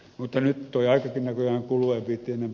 mutta nyt tuo aikakin näköjään kuluu